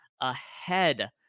ahead